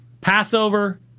Passover